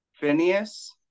Phineas